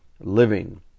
living